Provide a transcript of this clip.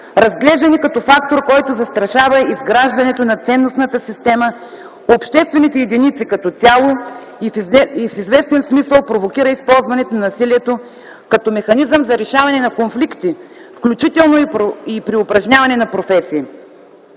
разглеждани като фактор, който застрашава изграждането на ценностната система, обществените единици като цяло и в известен смисъл провокира използването на насилието като механизъм за решаване на конфликти, включително и при упражняване на професии.